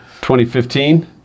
2015